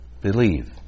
Believe